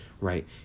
right